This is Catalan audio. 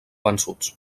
vençuts